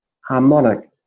harmonic